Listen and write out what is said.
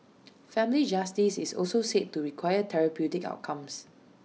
family justice is also said to require therapeutic outcomes